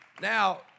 Now